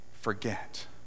forget